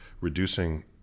reducing